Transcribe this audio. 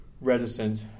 reticent